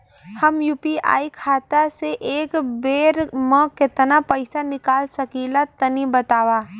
हम यू.पी.आई खाता से एक बेर म केतना पइसा निकाल सकिला तनि बतावा?